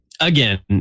again